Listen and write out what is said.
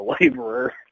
laborer